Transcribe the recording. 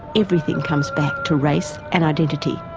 everything comes back to race and identity,